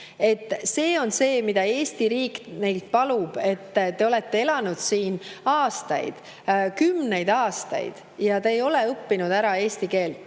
See on see, mida Eesti riik neilt palub: te olete elanud siin aastaid, kümneid aastaid, ja te ei ole õppinud ära eesti keelt.